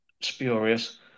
spurious